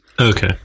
Okay